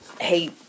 Hey